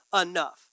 enough